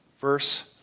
verse